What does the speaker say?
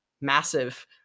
massive